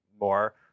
more